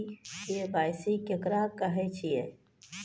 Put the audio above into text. KYC केकरा कहैत छै?